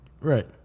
right